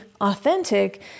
authentic